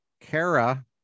Kara